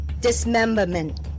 dismemberment